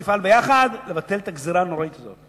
אני מציע שנפעל ביחד לבטל את הגזירה הנוראית הזאת.